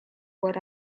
what